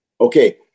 Okay